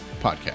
podcast